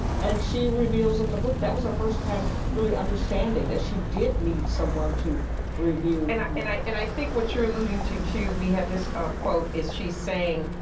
and she reveals in the book, that was her first time really understanding that she did need someone to review and and and i think what you're alluding to, too, we had this quote is she's saying,